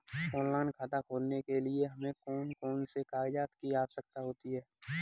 Online खाता खोलने के लिए हमें कौन कौन से कागजात की आवश्यकता होती है?